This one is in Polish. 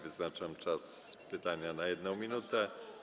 Wyznaczam czas pytania na 1 minutę.